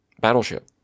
Battleship